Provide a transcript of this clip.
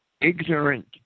Ignorant